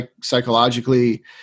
psychologically